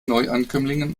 neuankömmlingen